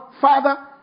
Father